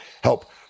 help